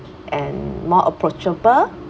and more approachable